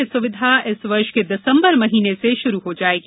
यह सुविधा इस वर्ष के दिसंबर महीने से शुरू हो जायेगी